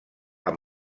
amb